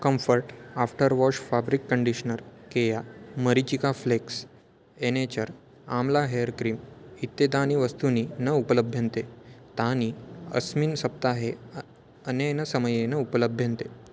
comfort after wash fabric conditioner Keya मरिचिका flakes एनेचर् amla hair cream इत्येतानि वस्तूनि न उपलभ्यन्ते तानि अस्मिन् सप्ताहे अनेन समयेन उपलभ्यन्ते